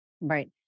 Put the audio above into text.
Right